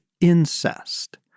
incest